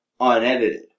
unedited